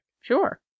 Sure